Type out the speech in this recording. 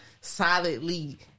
solidly